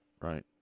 Right